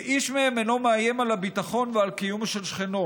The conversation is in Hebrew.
ואיש מהם אינו מאיים על הביטחון ועל הקיום של שכנו,